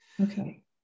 Okay